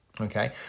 Okay